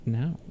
now